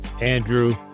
Andrew